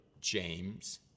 James